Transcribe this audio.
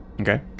okay